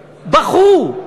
בכו.